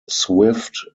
swift